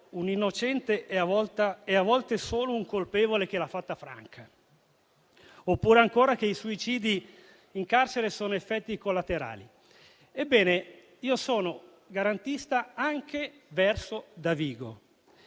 un innocente, a volte, è solo un colpevole che l'ha fatta franca. Oppure, ancora, che i suicidi in carcere sono effetti collaterali. Ebbene, io sono garantista anche verso Davigo.